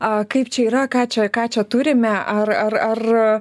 a kaip čia yra ką čia ką čia turime ar ar ar